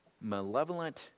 malevolent